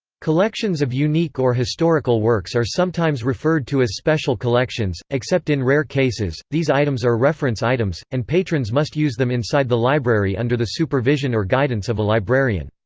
collections of unique or historical works are sometimes referred to as special collections except in rare cases, these items are reference items, and patrons must use them inside the library under the supervision or guidance of a librarian.